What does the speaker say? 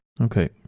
Okay